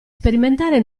sperimentare